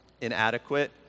inadequate